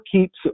keeps